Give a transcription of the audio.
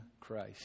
Christ